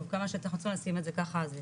אנחנו צריכים לשים את זה ככה על זה,